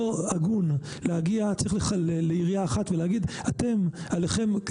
לא הגון להגיע לעירייה אחת ולומר עליכם.